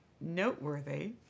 noteworthy